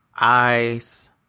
eyes